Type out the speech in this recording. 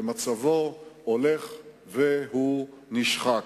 ומצבו הולך ונשחק.